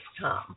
Tom